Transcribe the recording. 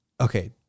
okay